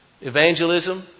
evangelism